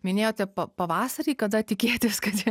minėjote pavasarį kada tikėtis kad